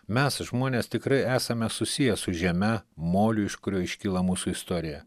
mes žmonės tikrai esame susiję su žeme moliu iš kurio iškyla mūsų istorija